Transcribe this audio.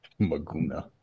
Maguna